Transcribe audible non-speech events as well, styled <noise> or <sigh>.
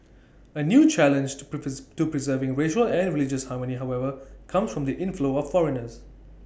A new challenge to <unintelligible> to preserving racial and religious harmony however comes from the inflow of foreigners